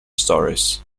stories